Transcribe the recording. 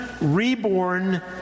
reborn